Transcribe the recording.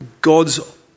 God's